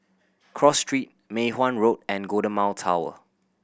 Cross Street Mei Hwan Road and Golden Mile Tower